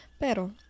pero